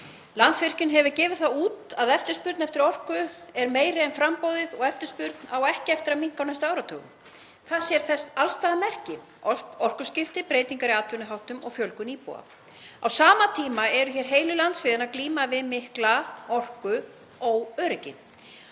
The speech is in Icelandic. Landsvirkjun hefur gefið það út að eftirspurn eftir orku sé meiri en framboðið og að eftirspurn eigi ekki eftir að minnka á næstu áratugum. Þess sér alls staðar merki; orkuskipti, breytingar í atvinnuháttum og fjölgun íbúa. Á sama tíma glíma heilu landsvæðin við mikið orkuóöryggi.